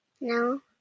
No